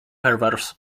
perverse